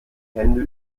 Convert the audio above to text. hände